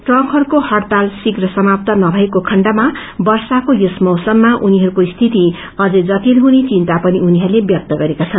ट्रकहरूको हड़ताल यदि शीघ्र समाप्त नभएको खण्डमा वर्षाको यस मौसममा उनीहरूको स्थिति अबै जटिल हुने विन्ता पनि व्यक्त गरेका छन्